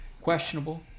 Questionable